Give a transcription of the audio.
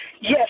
Yes